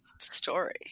story